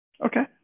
Okay